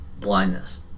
blindness